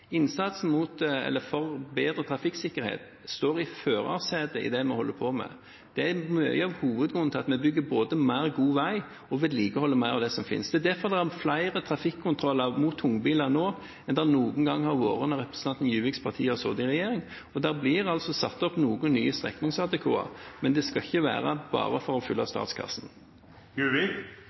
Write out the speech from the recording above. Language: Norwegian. Innsatsen for bedre trafikksikkerhet er i førersetet i det vi holder på med. Det er mye av hovedgrunnen til at vi både bygger mer god vei og vedlikeholder mer av det som finnes. Det er derfor det er flere trafikkontroller mot tungbiler nå enn det noen gang var da representanten Juviks parti satt i regjering. Og det blir satt opp noen nye streknings-ATK-er, men det skal ikke være bare for å fylle statskassen.